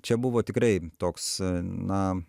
čia buvo tikrai toks na